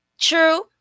true